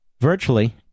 virtually